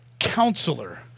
Counselor